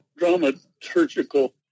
dramaturgical